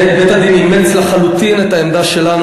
בית-הדין אימץ לחלוטין את העמדה שלנו,